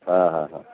हां हां हां